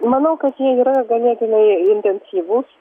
manau kad jie yra ganėtinai intensyvūs